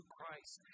Christ